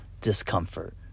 discomfort